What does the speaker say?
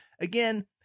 Again